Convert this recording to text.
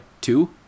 two